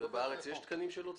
בארץ יש תקנים של עוצמה?